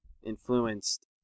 influenced